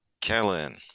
Kellen